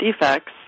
defects